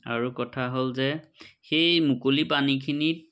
আৰু কথা হ'ল যে সেই মুকলি পানীখিনিত